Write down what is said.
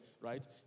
right